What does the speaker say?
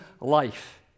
life